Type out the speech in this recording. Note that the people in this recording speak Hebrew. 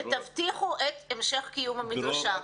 ותמשיכו את קיום המדרשה.